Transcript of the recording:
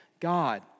God